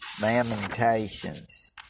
Lamentations